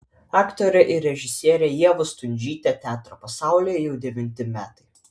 aktorė ir režisierė ieva stundžytė teatro pasaulyje jau devinti metai